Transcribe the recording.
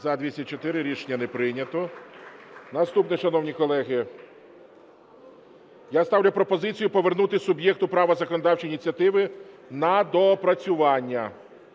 За-204 Рішення не прийнято. Наступне, шановні колеги. Я ставлю пропозицію повернути суб'єкту права законодавчої ініціативи на доопрацювання.